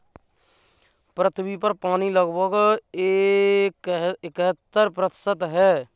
पृथ्वी पर पानी लगभग इकहत्तर प्रतिशत है